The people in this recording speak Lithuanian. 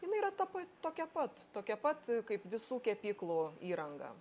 jinai yra tapa tokia pat tokia pat kaip visų kepyklų įranga